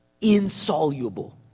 insoluble